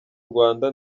rwanda